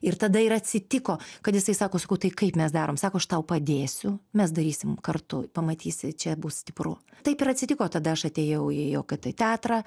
ir tada ir atsitiko kad jisai sako sakau tai kaip mes darom sako aš tau padėsiu mes darysim kartu pamatysi čia bus stipru taip ir atsitiko tada aš atėjau į okt teatrą